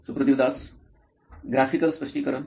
Suprativ Das CTO नॉइन electronics graphical स्पष्टीकरण